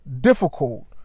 difficult